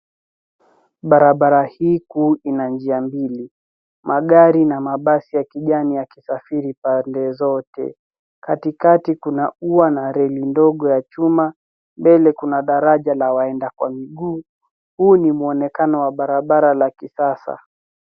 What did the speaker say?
Barabara hii kuu ina njia mbili. Magari na mabasi ya kijani yakisafiri pande zote. Katikati kuna ua na reli ndogo ya chuma, mbele kuna daraja la waenda kwa miguu. Huu ni mwonekano wa barabara la kisasa.